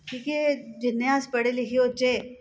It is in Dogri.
कि के जि'न्ने अस पढ़े लिखे होचै